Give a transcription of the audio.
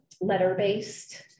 letter-based